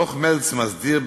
דוח מלץ מסדיר,